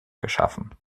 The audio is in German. geschaffen